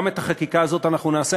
גם את החקיקה הזאת אנחנו נעשה,